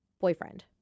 boyfriend